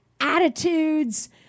attitudes